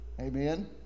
Amen